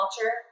culture